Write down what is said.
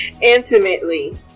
intimately